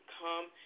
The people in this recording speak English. come